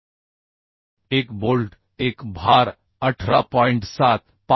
1 bolt एक भार18